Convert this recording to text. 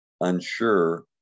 unsure